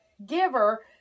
giver